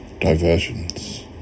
diversions